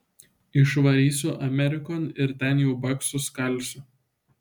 išvarysiu amerikon ir ten jau baksus kalsiu